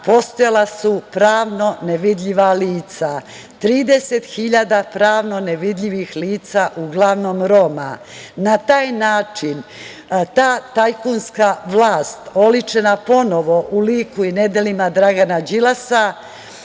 postojala su pravno nevidljiva lica, 30 hiljada pravno nevidljivih lica, u glavnom Roma, na taj način ta tajkunska vlast, oličena ponovo u liku i nedelu Dragana Đilasa,